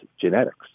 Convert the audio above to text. genetics